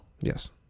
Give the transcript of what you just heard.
Yes